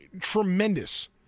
tremendous